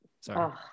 Sorry